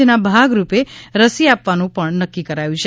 જેના ભાગરૂપે રસી આપવાનું પણ નક્કી કરાયું છે